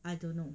I don't know